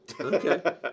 Okay